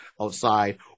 outside